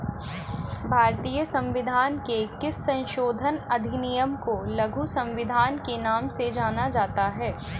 भारतीय संविधान के किस संशोधन अधिनियम को लघु संविधान के नाम से जाना जाता है?